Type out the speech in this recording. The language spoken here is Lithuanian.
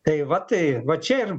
tai va tai va čia ir